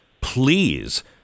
please